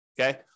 Okay